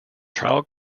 trial